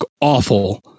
awful